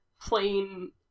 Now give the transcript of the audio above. plain